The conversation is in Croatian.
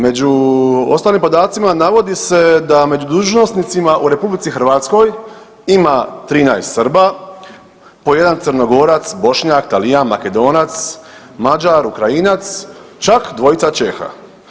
Među ostalim podacima navodi se da među dužnosnicima u RH ima 13 Srba, po 1 Crnogorac, Bošnjak, Talijan, Makedonac, Mađar, Ukrajinac čak 2 Čeha.